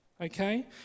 Okay